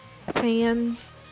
fans